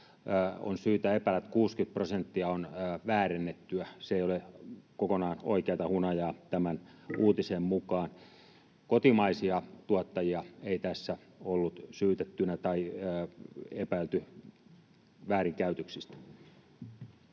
tuodusta hunajasta 60 prosenttia on väärennettyä. Se ei ole kokonaan oikeata hunajaa tämän uutisen mukaan. Kotimaisia tuottajia ei tässä ollut syytettynä tai epäilty väärinkäytöksistä.